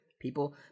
People